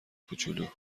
کوچولو